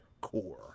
core